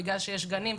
בגלל שיש גנים,